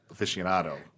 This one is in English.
aficionado